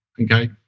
okay